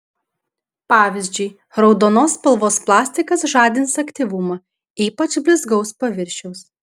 pavyzdžiui raudonos spalvos plastikas žadins aktyvumą ypač blizgaus paviršiaus